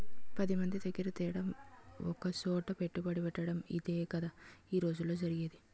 పదిమంది దగ్గిర తేడం ఒకసోట పెట్టుబడెట్టటడం ఇదేగదా ఈ రోజుల్లో జరిగేది